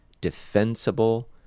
defensible